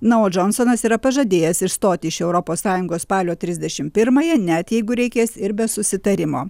na o džonsonas yra pažadėjęs išstoti iš europos sąjungos spalio trisdešim pirmąją net jeigu ir reikės ir be susitarimo